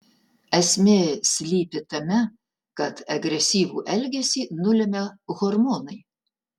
esmė slypi tame kad agresyvų elgesį nulemia hormonai